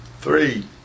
three